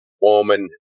woman